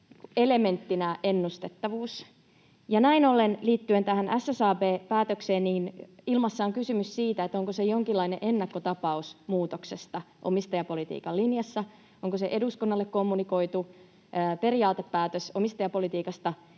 elementtinä ennustettavuus. Näin ollen, liittyen tähän SSAB-päätökseen, ilmassa on kysymys siitä, onko se jonkinlainen ennakkotapaus muutoksesta omistajapolitiikan linjassa. Onko se eduskunnalle kommunikoitu periaatepäätös omistajapolitiikasta